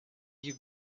you